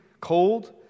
cold